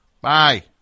Bye